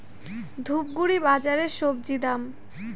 ধূপগুড়ি বাজারের স্বজি দাম?